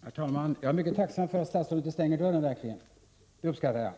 Herr talman! Jag är mycket tacksam för att statsrådet inte stänger dörren — det uppskattar jag.